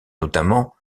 notamment